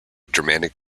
germanic